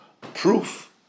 proof